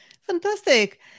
Fantastic